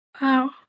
wow